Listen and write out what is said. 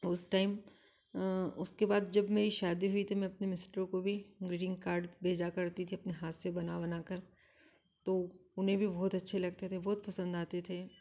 उस टाइम उसके बाद जब मेरी शादी हुई तो मैं अपने मिस्टरों को भी ग्रीटिंग कार्ड भेज करती थी अपने हाथ से बना बनाकर तो उन्हें भी बहुत अच्छे लगते थे बहुत पसंद आते थे